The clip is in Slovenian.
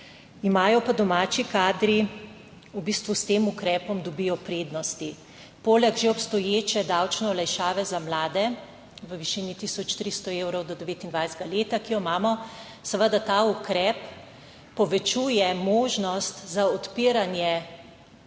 Imajo pa domači kadri, v bistvu s tem ukrepom dobijo prednosti. Poleg že obstoječe davčne olajšave za mlade v višini 1300 evrov do 29 leta, ki jo imamo, seveda ta ukrep povečuje možnost za odpiranje